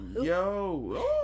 Yo